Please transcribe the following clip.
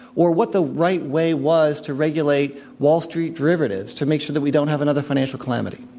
or what the right way was to regulate wall street derivatives, to make sure that we don't have another financial calamity.